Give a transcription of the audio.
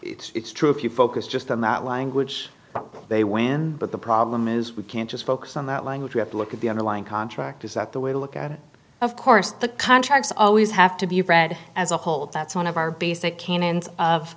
is it's true if you focus just on that language but they when but the problem is we can't just focus on that language we have to look at the underlying contract is that the way to look at it of course the contracts always have to be read as a whole that's one of our basic canons of